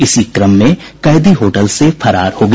इसी क्रम में कैदी होटल से फरार हो गया